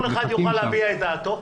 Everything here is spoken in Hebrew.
כל אחד יוכל להביע את דעתו.